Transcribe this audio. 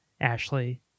Ashley